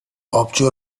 آبجو